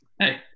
Hey